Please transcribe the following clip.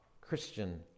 Christian